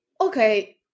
okay